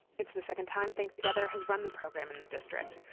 it's the second time think together has run the program in the district.